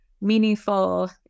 meaningful